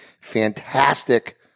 fantastic